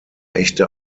echte